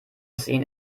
sehen